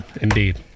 Indeed